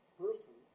person